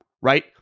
right